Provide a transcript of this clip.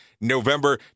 November